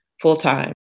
full-time